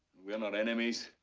we're not enemies?